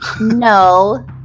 No